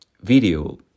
video